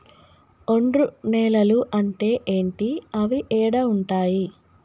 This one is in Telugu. ఒండ్రు నేలలు అంటే ఏంటి? అవి ఏడ ఉంటాయి?